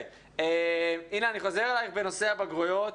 אני חוזר אליך בנושא הבגרויות,